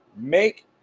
make